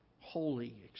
Holy